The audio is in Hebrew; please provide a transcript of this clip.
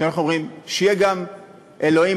שיהיה גם "אלוהים",